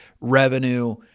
revenue